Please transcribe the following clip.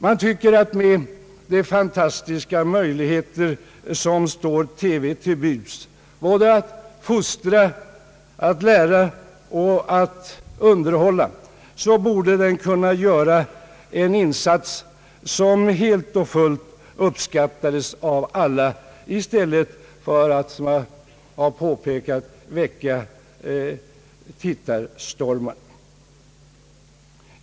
Man tycker att TV med de fantastiska möjligheter som står detta medium till buds att fostra, lära och underhålla, borde kunna göra en insats, som helt och hållet uppskattades av alla i stället för att, som jag har påpekat, väcka tittarstormar.